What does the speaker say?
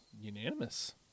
Unanimous